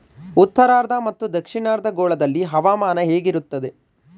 ಉತ್ತರಾರ್ಧ ಮತ್ತು ದಕ್ಷಿಣಾರ್ಧ ಗೋಳದಲ್ಲಿ ಹವಾಮಾನ ಹೇಗಿರುತ್ತದೆ?